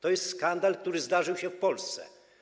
To jest skandal, który zdarzył się w Polsce.